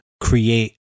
create